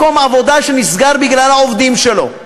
מקום עבודה שנסגר בגלל העובדים שלו.